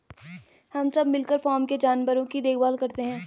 हम सब मिलकर फॉर्म के जानवरों की देखभाल करते हैं